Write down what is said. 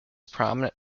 prominent